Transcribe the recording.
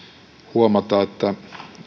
huomata että